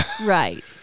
right